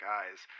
eyes